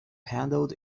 handled